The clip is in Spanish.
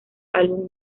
álbum